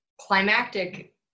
climactic